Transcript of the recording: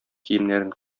киемнәрен